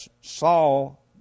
Saul